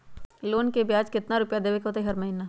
Loan के ब्याज कितना रुपैया देबे के होतइ हर महिना?